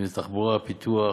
אם זה תחבורה, פיתוח.